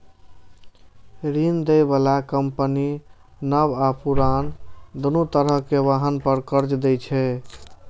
ऋण दै बला कंपनी नव आ पुरान, दुनू तरहक वाहन पर कर्ज दै छै